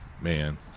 man